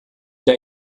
der